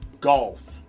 Golf